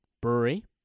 Brewery